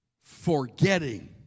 Forgetting